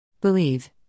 Believe